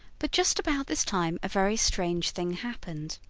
but just about this time a very strange thing happened.